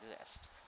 exist